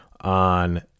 on